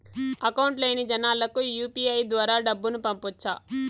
Account లేని జనాలకు UPI ద్వారా డబ్బును పంపొచ్చా?